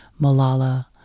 Malala